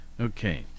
Okay